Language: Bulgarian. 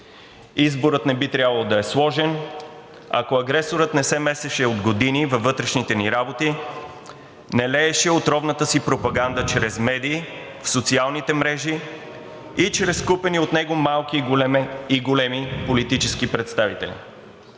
Изборът не би трябвало да е сложен, ако агресорът не се месеше от години във вътрешните ни работи, не лееше отровната си пропаганда чрез медии, в социалните мрежи и чрез купени от него малки и големи политически представители.